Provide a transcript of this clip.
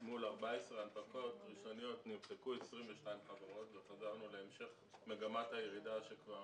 מול 14 הנפקות ראשוניות נמחקו 22 חברות וחזרנו להמשך מגמת הירידה שכבר